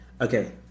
Okay